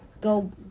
go